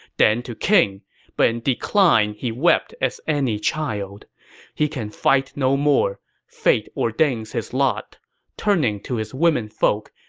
then to king but in decline he wept as any child he can fight no more fate ordains his lot turning to his womenfolk,